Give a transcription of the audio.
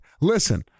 listen